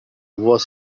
voie